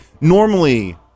normally